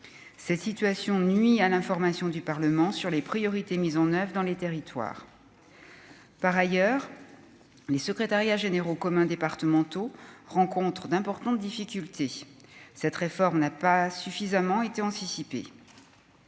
ces situations nuit à l'information du Parlement sur les priorités mises en oeuvre dans les territoires, par ailleurs, les secrétariats généraux communs départementaux rencontrent d'importantes difficultés, cette réforme n'a pas suffisamment été anticipé